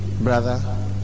brother